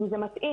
אם זה מתאים,